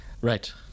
Right